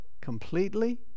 completely